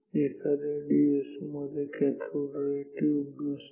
एखाद्या D S O मध्ये cathode ray tube नसते